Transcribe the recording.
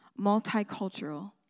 multicultural